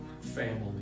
family